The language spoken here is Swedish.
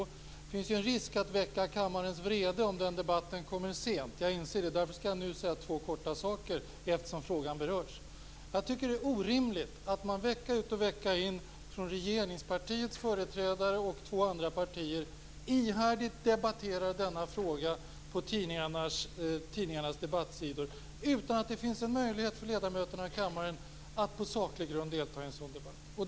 Jag inser att det finns en risk att väcka kammarens vrede om den debatten kommer sent, och därför skall jag nu säga två korta saker eftersom frågan berörts. Jag tycker att det är orimligt att företrädare från regeringspartiet och två andra partier vecka ut och vecka in ihärdigt debatterar denna fråga på tidningarnas debattsidor utan att det finns en möjlighet för ledamöterna i kammaren att på saklig grund delta i en sådan debatt.